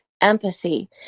empathy